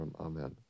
amen